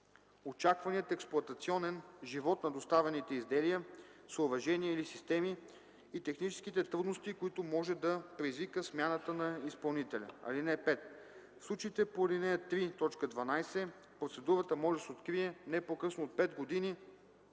очакваният експлоатационен живот на доставените изделия, съоръжения или системи и техническите трудности, които може да предизвика смяната на изпълнителя. (5) В случаите по ал. 3, т. 12 процедурата може да се открие не по-късно от 5 години